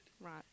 Right